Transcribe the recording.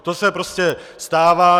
To se prostě stává.